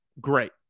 Great